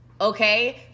Okay